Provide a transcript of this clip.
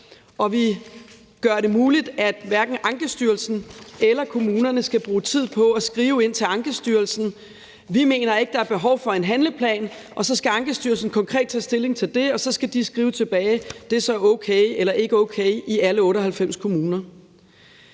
Vi gør det muligt at, hverken Ankestyrelsen eller kommunerne skal bruge tid på at skrive ind til Ankestyrelsen, at de ikke mener, der er behov for en handleplan, og så skal Ankestyrelsen konkret tage stilling til det, og så skal de skrive tilbage, at det så er okay eller det ikke er okay, i alle 98 kommuner.